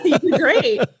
Great